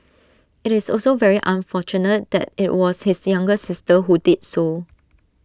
IT is also very unfortunate that IT was his younger sister who did so